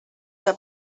que